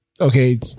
okay